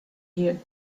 there